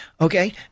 okay